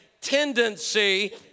tendency